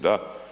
Da.